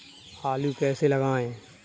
आलू कैसे लगाएँ?